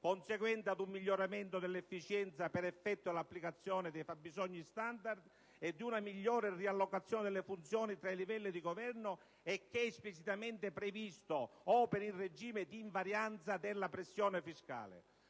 conseguente ad un miglioramento dell'efficienza per effetto dell'applicazione dei fabbisogni standard e di una migliore riallocazione delle funzioni tra i livelli di governo, e che è esplicitamente previsto operi in regime di invarianza della pressione fiscale.